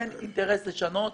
אין אינטרס לשנות,